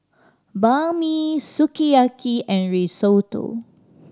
Banh Mi Sukiyaki and Risotto